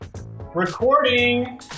recording